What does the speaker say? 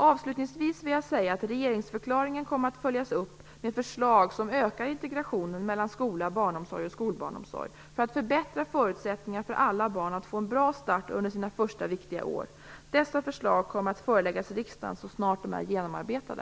Avslutningsvis vill jag säga att regeringsförklaringen kommer att följas upp med förslag som ökar integrationen mellan skola, barnomsorg och skolbarnsomsorg för att förbättra förutsättningarna för alla barn att få en bra start under sina första viktiga år. Dessa förslag kommer att föreläggas riksdagen så snart de är genomarbetade.